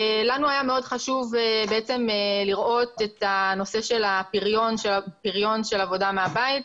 לנו היה מאוד חשוב לראות את הנושא של הפריון של עבודה מהבית,